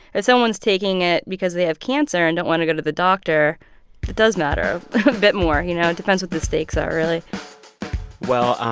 if someone's taking it because they have cancer and don't want to go to the doctor, it does matter a bit more, you know? it depends what the stakes are, really well,